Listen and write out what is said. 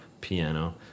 piano